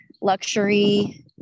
luxury